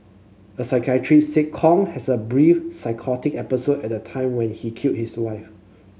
a psychiatrist said Kong has a brief psychotic episode at the time when he killed his wife